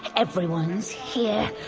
everyone's here!